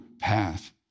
path